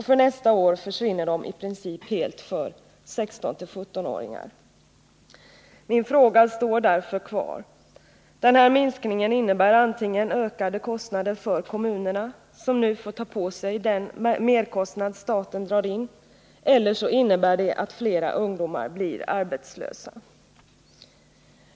För nästa år försvinner de i princip helt för 16-17-åringar. Min fråga står därför kvar. Den här minskningen innebär antingen ökade kostnader för kommunerna, som nu får ta på sig en merkostnad motsvarande vad staten drar in, eller också att fler ungdomar blir arbetslösa.